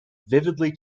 vividly